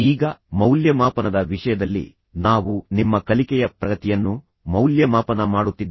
ಈಗ ಮೌಲ್ಯಮಾಪನದ ವಿಷಯದಲ್ಲಿ ನಾವು ನಿಮ್ಮ ಕಲಿಕೆಯ ಪ್ರಗತಿಯನ್ನು ಮೌಲ್ಯಮಾಪನ ಮಾಡುತ್ತಿದ್ದೇವೆ